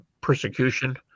persecution